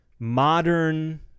modern